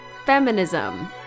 feminism